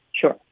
Sure